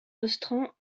restreint